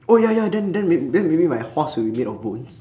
oh ya ya then then may~ then maybe my horse will be made of bones